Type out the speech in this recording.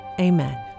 Amen